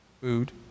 food